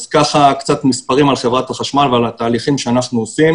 קצת מספרים על חברת החשמל ועל התהליכים שאנחנו עושים.